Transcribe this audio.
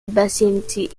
vicinity